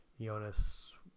Jonas